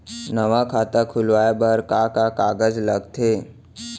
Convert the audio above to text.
नवा खाता खुलवाए बर का का कागज लगथे?